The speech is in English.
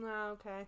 okay